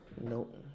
Nope